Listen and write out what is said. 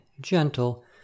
gentle